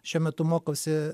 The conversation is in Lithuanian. šiuo metu mokausi